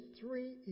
three